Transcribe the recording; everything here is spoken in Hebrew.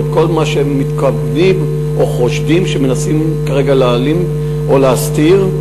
או את כל מה שמתכוונים או חושבים שמנסים כרגע להעלים או להסתיר.